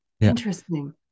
interesting